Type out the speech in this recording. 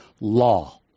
Law